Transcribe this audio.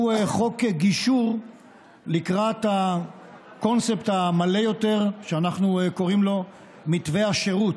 הוא חוק גישור לקראת הקונספט המלא יותר שאנחנו קוראים לו "מתווה השירות"